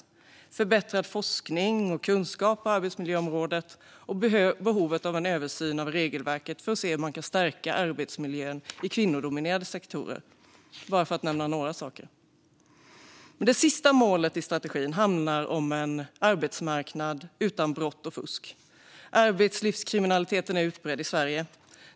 Det handlar om förbättrad forskning och kunskap på arbetsmiljöområdet och om behovet av en översyn av regelverket för att se hur man kan stärka arbetsmiljön i kvinnodominerade sektorer. Det sista målet i strategin handlar om en arbetsmarknad utan brott och fusk. Arbetslivskriminaliteten är utbredd i Sverige.